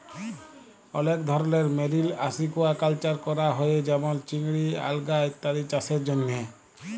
অলেক ধরলের marine aquaculture ক্যরা হ্যয়ে যেমল চিংড়ি, আলগা ইত্যাদি চাসের জন্হে